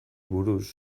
buruz